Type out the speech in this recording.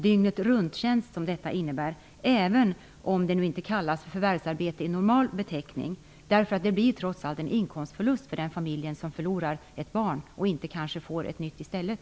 Detta innebär dygnet-runt-tjänst, även om det inte kallas förvärvsarbete i normal beteckning. Det blir trots allt en inkomstförlust för den familj som förlorar ett barn och kanske inte får ett nytt i stället.